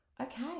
okay